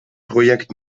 projekt